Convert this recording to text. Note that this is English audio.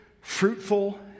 fruitful